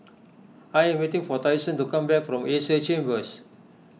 I am waiting for Tyson to come back from Asia Chambers